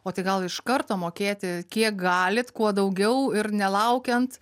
o tai gal iš karto mokėti kiek galit kuo daugiau ir nelaukiant